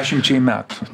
dešimčiai metų